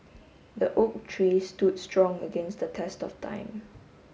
the oak tree stood strong against the test of time